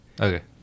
okay